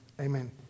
Amen